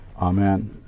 Amen